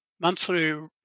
monthly